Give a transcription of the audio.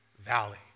valley